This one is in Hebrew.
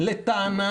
לטענה